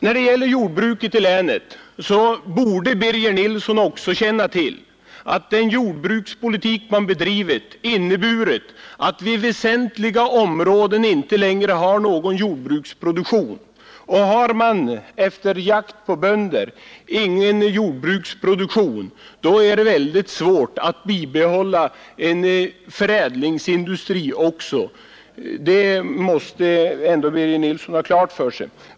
Vad gäller jordbruket i Jämtlands län borde Birger Nilsson känna till att den jordbrukspolitik som förts inneburit att vi på väsentliga områden inte längre har någon jordbruksproduktion. Och har man efter jakten på bönder inte någon jordbruksproduktion, är det svårt att bibehålla en förädlingsindustri — det måste väl ändå Birger Nilsson ha klart för sig.